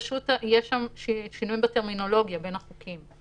פשוט יש שינויים בטרמינולוגיה בין החוקים.